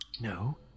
No